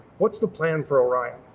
what's the plan for orion?